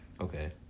Okay